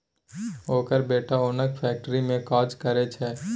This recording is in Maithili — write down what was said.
ओकर बेटा ओनक फैक्ट्री मे काज करय छै